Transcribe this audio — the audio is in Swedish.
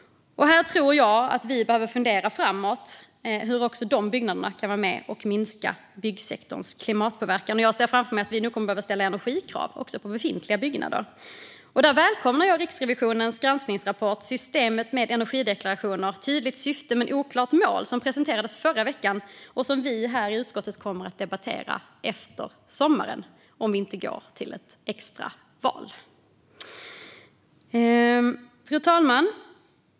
Jag tror att vi behöver fundera framåt på hur också dessa byggnader kan vara med och minska byggsektorns klimatpåverkan. Jag ser framför mig att vi nu kommer att behöva ställa energikrav också på befintliga byggnader. Därför välkomnar jag Riksrevisionens granskningsrapport Systemet med energideklarationer - tydligt syfte men oklart mål , som presenterades i förra veckan och som vi i utskottet kommer att debattera efter sommaren - om vi inte går till ett extra val. Fru talman!